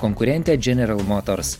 konkurentę general motors